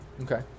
Okay